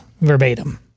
verbatim